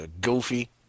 goofy